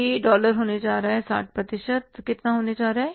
यह डॉलर होने जा रहा है 60 प्रतिशत कितना होने जा रहा है